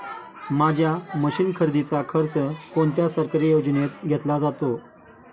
माझ्या मशीन खरेदीचा खर्च कोणत्या सरकारी योजनेत घेतला जातो?